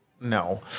No